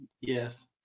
yes